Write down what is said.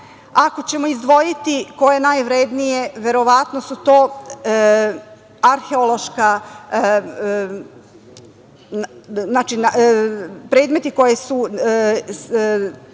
Ako ćemo izdvojiti koje je najvrednije, verovatno su to arheološki, predmeti koji su